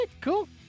cool